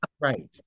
Right